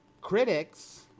critics